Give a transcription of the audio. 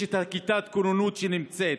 יש את כיתת הכוננות שנמצאת.